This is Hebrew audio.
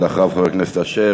אחריו חבר הכנסת אשר,